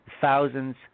thousands